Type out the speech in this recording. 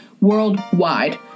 worldwide